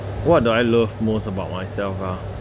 what do I love most about myself ah